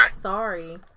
Sorry